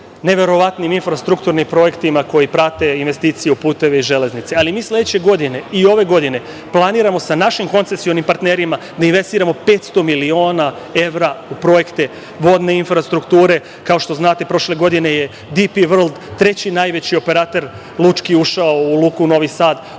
neverovatnim infrastrukturnim projektima koji prate investiciju puteva i železnice. Mi sledeće godine i ove godine planiramo sa našim koncesionim partnerima da investiramo 500 miliona evra u projekte vodne infrastrukture. Kao što znate, prošle godine je DP World, treći najveći lučki operater, ušao u Luku Novi Sad.